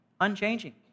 Unchanging